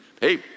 hey